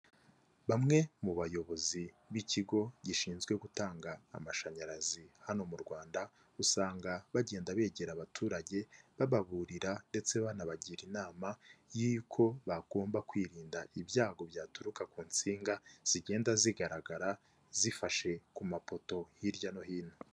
Bamwe mu bayobozi b'ikigo gishinzwe gutanga amashanyarazi hano mu Rwanda, usanga bagenda begera abaturage bababurira ndetse banabagira inama y'uko bagomba kwirinda ibyago byaturuka ku nsinga zigenda zigaragara zifashe ku mapoto hirya no hino.